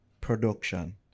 production